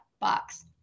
box